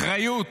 אחריות